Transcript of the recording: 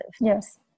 Yes